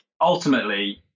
ultimately